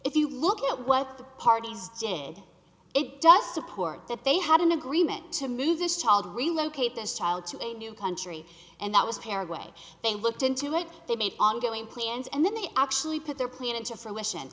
if you look at what the parties did it does support that they had an agreement to move this child relocate this child to a new country and that was paraguay they looked into it they made ongoing plans and then they actually put their plan into fruition